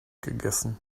gegessen